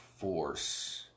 force